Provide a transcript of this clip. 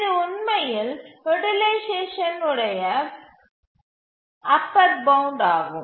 இது உண்மையில் யூட்டிலைசேஷன் உடைய அப்பர் பவுண்ட் ஆகும்